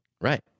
Right